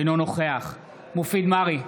אינו נוכח מופיד מרעי,